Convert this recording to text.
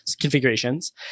configurations